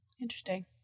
Interesting